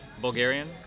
Bulgarian